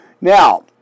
Now